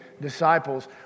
disciples